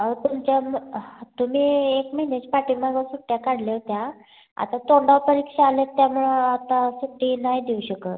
अहो तुमच्या म तुम्ही एक महिन्याची पाठीमागं सुट्ट्या काढले होत्या आता तोंडावर परीक्षा आल्यात त्यामुळं आत्ता सुट्टी नाही देऊ शकत